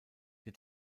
der